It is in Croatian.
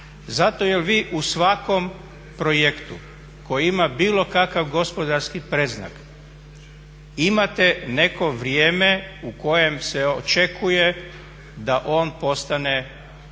Zato jel vi u svakom projektu koji ima bilo kakav gospodarski predznak imate neko vrijeme u kojem se očekuje da on postane